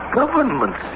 government